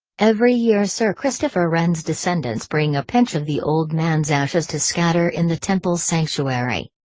every year sir christopher wren's descendants bring a pinch of the old man's ashes to scatter in the temple sanctuary.